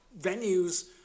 venues